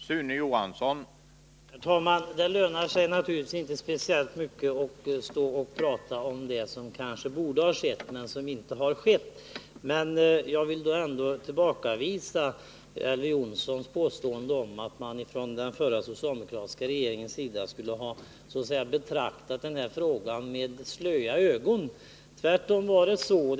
Herr talman! Det lönar sig naturligtvis inte speciellt mycket att tala om det som kanske borde ha skett men inte skett. Men jag vill ändå tillbakavisa Elver Jonssons påstående att man från den dåvarande socialdemokratiska regeringens sida skulle ha betraktat den här frågan så att säga med slöa ögon. Tvärtom har vi varit pådrivande.